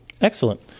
Excellent